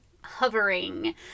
hovering